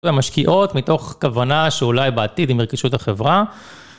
המשקיעות מתוך כוונה שאולי בעתיד אם ירכשו את החברה.